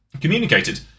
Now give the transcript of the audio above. communicated